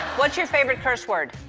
what's your favorite curse word?